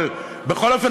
אבל בכל אופן,